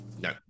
No